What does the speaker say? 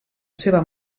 seva